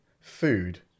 food